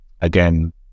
again